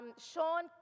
Sean